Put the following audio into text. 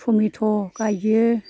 टमेथ' गायो